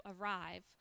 arrive